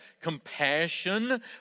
compassion